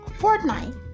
Fortnite